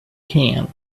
can